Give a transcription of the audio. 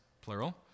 plural